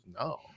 no